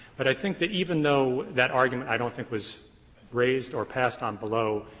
but i think that, even though that argument i don't think was raised or passed on below,